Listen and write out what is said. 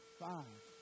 five